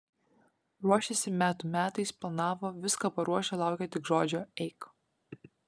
ruošėsi metų metais planavo viską paruošę laukė tik žodžio eik